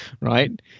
Right